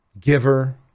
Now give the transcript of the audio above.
giver